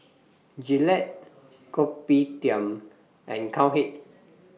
Gillette Kopitiam and Cowhead